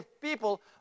people